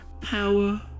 Power